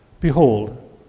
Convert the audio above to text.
Behold